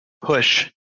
push